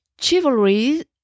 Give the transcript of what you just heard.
chivalry